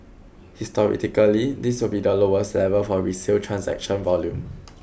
this will be lowest level for resale transaction volume